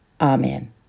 Amen